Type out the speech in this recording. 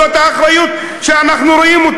זאת האחריות שאנחנו רואים.